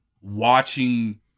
watching